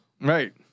right